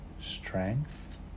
strength